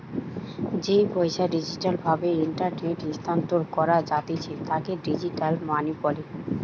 যেই পইসা ডিজিটাল ভাবে ইন্টারনেটে স্থানান্তর করা জাতিছে তাকে ডিজিটাল মানি বলে